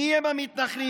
מיהם המתנחלים?